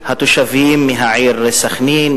התושבים מהעיר סח'נין,